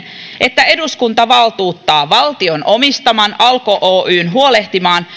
että eduskunta valtuuttaa valtion omistaman alko oyn huolehtimaan